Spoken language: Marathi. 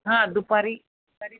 हां दुपारी दुपारी चालेल